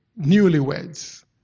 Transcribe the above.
newlyweds